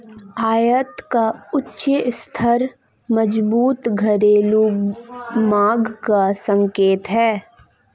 आयात का उच्च स्तर मजबूत घरेलू मांग का संकेत है